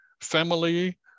family